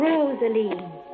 Rosaline